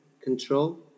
control